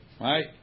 Right